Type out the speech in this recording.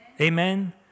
Amen